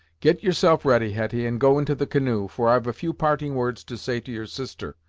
get yourself ready, hetty, and go into the canoe, for i've a few parting words to say to your sister,